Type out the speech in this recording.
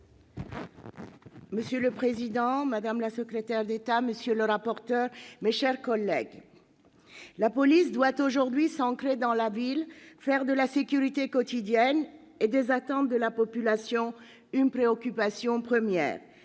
Madame la présidente, madame la ministre, monsieur le rapporteur, mes chers collègues, « la police doit aujourd'hui s'ancrer dans la ville, faire de la sécurité quotidienne et des attentes de la population une préoccupation première.